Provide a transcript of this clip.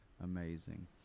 amazing